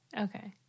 Okay